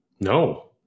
No